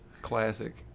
Classic